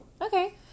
Okay